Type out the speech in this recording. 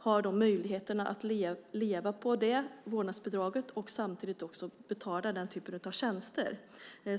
har inte möjlighet att leva på vårdnadsbidraget och betala den typen av tjänster.